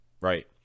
right